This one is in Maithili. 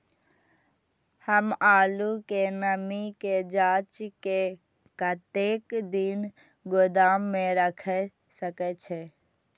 हम आलू के नमी के जाँच के कतेक दिन गोदाम में रख सके छीए?